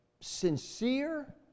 sincere